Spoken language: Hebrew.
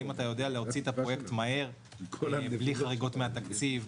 האם אתה יודע להוציא את הפרויקט מהר בלי חריגות מהתקציב,